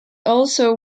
also